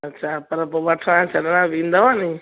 अच्छा पर पोइ वठण छॾणु ईंदव न